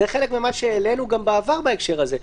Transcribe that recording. זה חלק ממה שהעלינו בעבר בהקשר הזה.